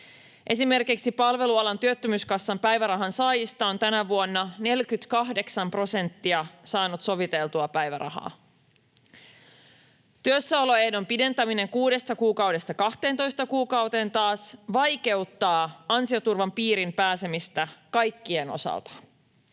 Esimerkiksi Palvelualojen työttömyyskassan päivärahan saajista on tänä vuonna 48 prosenttia saanut soviteltua päivärahaa. Työssäoloehdon pidentäminen kuudesta kuukaudesta 12 kuukauteen taas vaikeuttaa ansioturvan piiriin pääsemistä kaikkien osalta.